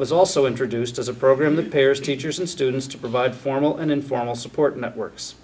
was also introduced as a program that pairs teachers and students to provide formal and informal support networks